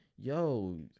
Yo